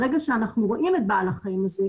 ברגע שאנחנו רואים את בעל החיים הזה,